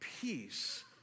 peace